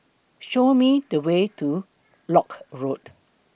Show Me The Way to Lock Road